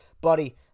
Buddy